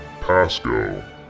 pasco